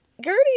Gertie